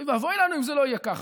אוי ואבוי לנו אם זה לא יהיה ככה.